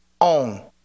own